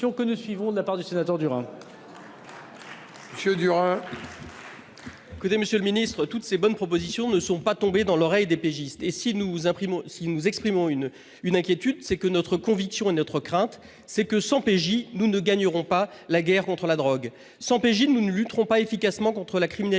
que nous suivons de la part du sénateur du. Écoutez, Monsieur le Ministre, toutes ces bonnes propositions ne sont pas tombés dans l'oreille des pigistes et si nous imprimons si nous exprimons une une inquiétude c'est que notre conviction. Et notre crainte c'est que 100 PJ, nous ne gagnerons pas la guerre contre la drogue 100 PJ nous ne lutteront pas efficacement contre la criminalité